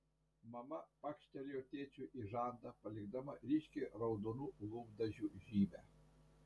mama pakštelėjo tėčiui į žandą palikdama ryškiai raudonų lūpdažių žymę